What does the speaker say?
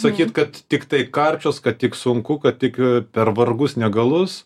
sakyt kad tiktai karčios kad tik sunku kad tik per vargus negalus